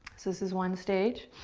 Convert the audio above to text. this is one stage.